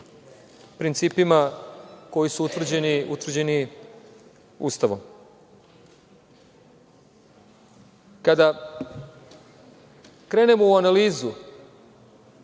principima koji su utvrđeni Ustavom. Kada krenemo u analizu